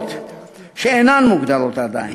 אחרות שאינן מוגדרות עדיין.